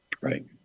Right